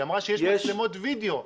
היא אמרה שיש מצלמות וידאו,